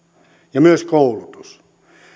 ja myös koulutus